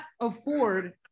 afford